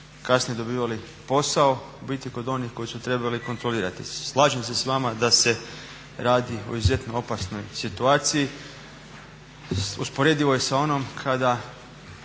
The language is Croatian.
kasnije dobivali posao u biti kod onih koje su trebali kontrolirati. Slažem se s vama da se radi o izuzetno opasnoj situaciji, usporedivo je sa onom kada